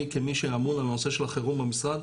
אני כמי שאמון על הנושא של החירום במשרד,